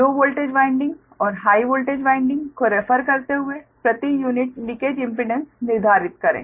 लो voltage winding और high voltage winding को refer करते हुए प्रति यूनिट लीकेज इम्पीडेंस निर्धारित करें